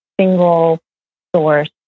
single-source